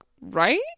right